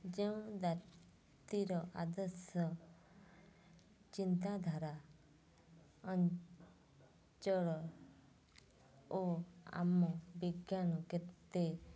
ଯେଉଁ ଜାତିର ଆଦର୍ଶ ଚିନ୍ତାଧାରା ଅଞ୍ଚଳ ଓ ଆମ ବିଜ୍ଞାନ କେତେ